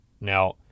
Now